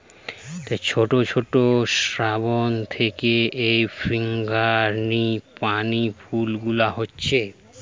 ছোট ছোট শ্রাব থিকে এই ফ্রাঙ্গিপানি ফুল গুলা হচ্ছে